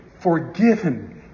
Forgiven